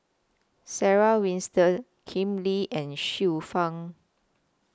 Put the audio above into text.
Sarah Winstedt Ken Lim and Xiu Fang